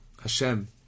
Hashem